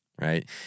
right